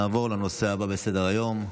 נעבור לנושא הבא בסדר-היום: